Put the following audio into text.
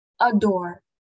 Adore